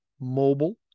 Mobile